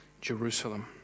Jerusalem